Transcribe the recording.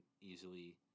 easily